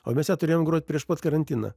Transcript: o mes ją turėjom grot prieš pat karantiną